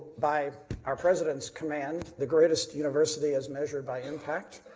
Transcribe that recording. by our president's command, the greatest university as measured by impact